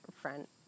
front